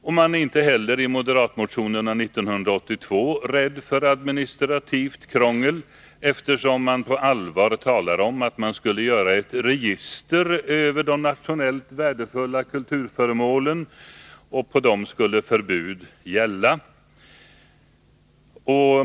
Och i moderatmotionen av 1982 är man inte heller rädd för administrativt krångel, eftersom man på allvar talar om att upprätta ett register över de nationellt värdefulla kulturföremålen, för vilka förbud skulle gälla.